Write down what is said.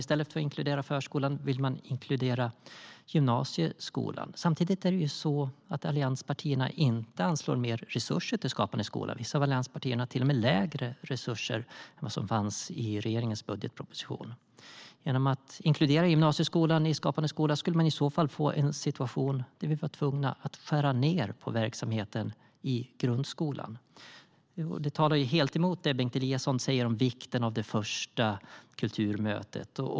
I stället för att inkludera förskolan vill man inkludera gymnasieskolan. Samtidigt anslår inte allianspartierna mer resurser till Skapande skola. Vissa av allianspartierna ger till och med lägre resurser än vad som fanns i regeringens budgetproposition. Genom att inkludera gymnasieskolan i Skapande skola skulle vi i så fall få en situation där vi är tvungna att skära ned på verksamheten i grundskolan. Det talar helt emot vad Bengt Eliasson säger om vikten av det första kulturmötet.